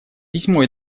письмо